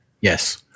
Yes